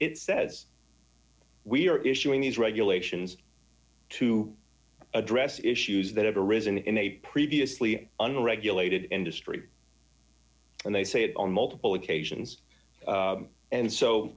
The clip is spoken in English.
it says we're issuing these regulations to address issues that have arisen in a previously unregulated industry and they say it on multiple occasions and so